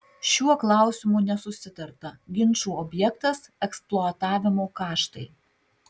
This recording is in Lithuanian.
šiuo klausimu nesusitarta ginčų objektas eksploatavimo kaštai